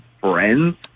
friends